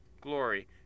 glory